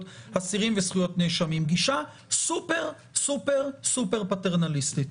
אסירים וזכויות נאשמים גישה סופר סופר סופר פטרנליסטית.